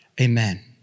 Amen